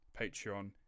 patreon